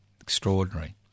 Extraordinary